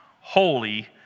holy